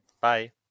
Bye